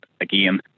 again